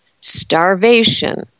starvation